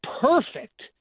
perfect